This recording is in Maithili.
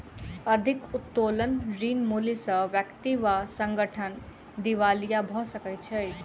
अधिक उत्तोलन ऋण मूल्य सॅ व्यक्ति वा संगठन दिवालिया भ सकै छै